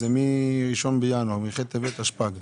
אז במובן הזה זה לא משנה אם היה לו כתוב בתקציב ההמשכי סכום